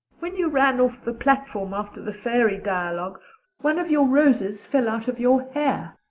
when you ran off the platform after the fairy dialogue one of your roses fell out of your hair.